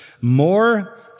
more